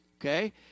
Okay